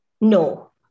No